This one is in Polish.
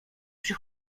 przy